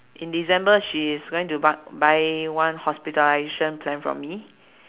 in december she is going to bu~ buy one hospitalization plan from me